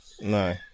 no